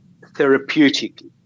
therapeutically